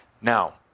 Now